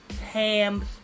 hams